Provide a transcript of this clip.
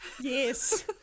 yes